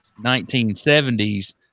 1970s